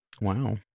Wow